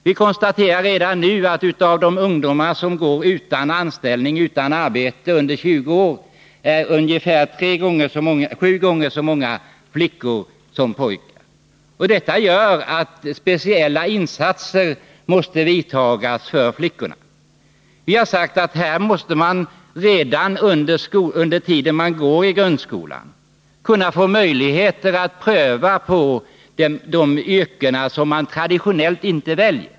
Vi konstaterar redan nu att av de ungdomar under 20 år som är utan anställning är ungefär sju gånger så många flickor som pojkar. Detta gör att speciella insatser måste vidtas för flickorna. Redan då man går i grundskolan måste man få möjligheter att pröva yrken som man traditionellt inte väljer.